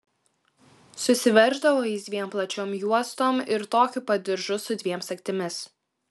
susiverždavo jis dviem plačiom juostom ir tokiu pat diržu su dviem sagtimis